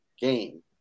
game